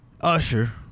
Usher